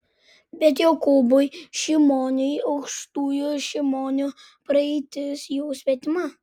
bet jokūbui šimoniui aukštųjų šimonių praeitis jau svetima